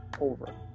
over